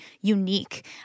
unique